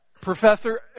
professor